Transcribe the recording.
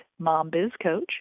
mombizcoach